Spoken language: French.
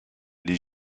les